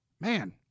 man